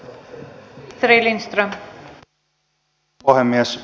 arvoisa rouva puhemies